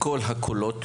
כל הקולות.